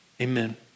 amen